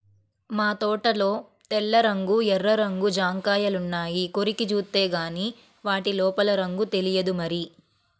మా తోటలో తెల్ల రంగు, ఎర్ర రంగు జాంకాయలున్నాయి, కొరికి జూత్తేగానీ వాటి లోపల రంగు తెలియదు మరి